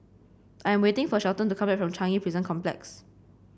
I am waiting for Shelton to come back from Changi Prison Complex